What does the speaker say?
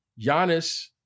giannis